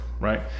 right